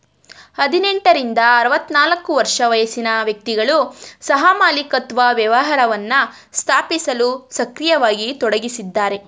ಹದಿನೆಂಟ ರಿಂದ ಆರವತ್ತನಾಲ್ಕು ವರ್ಷ ವಯಸ್ಸಿನ ವ್ಯಕ್ತಿಗಳು ಸಹಮಾಲಿಕತ್ವ ವ್ಯವಹಾರವನ್ನ ಸ್ಥಾಪಿಸಲು ಸಕ್ರಿಯವಾಗಿ ತೊಡಗಿಸಿದ್ದಾರೆ